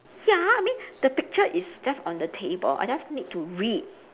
ya I mean the picture is just on the table I just need to read